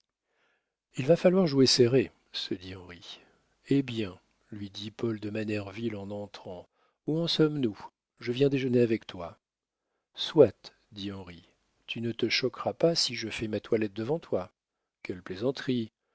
il va falloir jouer serré se dit henri hé bien lui dit paul de manerville en entrant où en sommes-nous je viens déjeuner avec toi soit dit henri tu ne te choqueras pas si je fais ma toilette devant toi